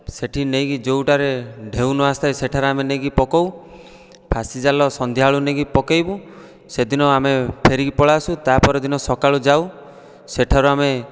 ସେଇଠି ନେଇକି ଯେଉଁଟାରେ ଢେଉ ନ ଆସିଥାଏ ସେଠାରେ ଆମେ ନେଇକି ପକାଉ ଫାସି ଜାଲ ସନ୍ଧ୍ୟା ବେଳକୁ ନେଇକି ପକାଇବୁ ସେଦିନ ଆମେ ଫେରିକି ପଳାଇଆସୁ ତା'ପରଦିନ ସକାଳୁ ଯାଉ ସେଠାରୁ ଆମେ